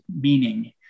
meaning